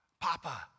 Papa